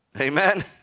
amen